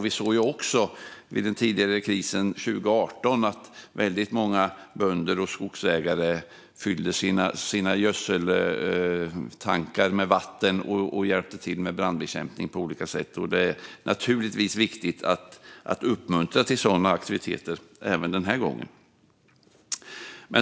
Vi såg också vid krisen 2018 att väldigt många bönder och skogsägare fyllde sina gödseltankar med vatten och hjälpte till med brandbekämpning på olika sätt, och det är naturligtvis viktigt att uppmuntra sådana aktiviteter även den här gången.